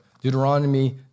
Deuteronomy